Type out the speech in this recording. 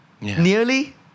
Nearly